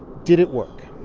did it work?